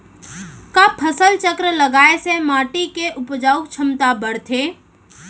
का फसल चक्र लगाय से माटी के उपजाऊ क्षमता बढ़थे?